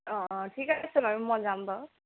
অ ঠিক আছে বাৰু মই যাম বাৰু